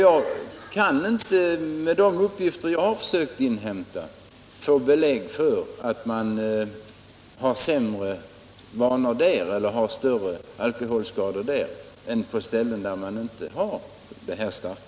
Jag kan inte, mot bakgrund av de uppgifter jag har försökt inhämta, få belägg för att man har sämre vanor eller större alkoholskador i dessa länder än på de ställen där det här starka ölet inte finns.